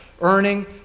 earning